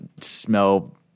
smell